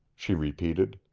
she repeated.